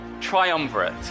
triumvirate